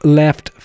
left